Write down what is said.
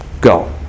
Go